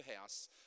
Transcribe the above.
house